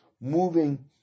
moving